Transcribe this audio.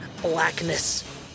blackness